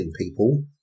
people